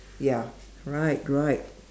ya right right